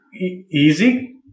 easy